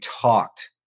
talked